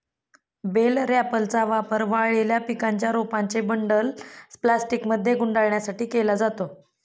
bell रॅपरचा वापर वाळलेल्या पिकांच्या रोपांचे बंडल प्लास्टिकमध्ये गुंडाळण्यासाठी केला जातो